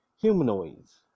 humanoids